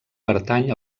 pertany